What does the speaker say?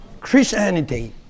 Christianity